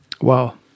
Wow